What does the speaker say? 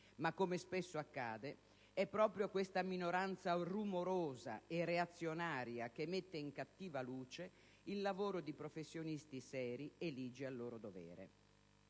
Ma, come spesso accade, è proprio questa minoranza rumorosa e reazionaria che mette in cattiva luce il lavoro di professionisti seri e ligi al loro dovere.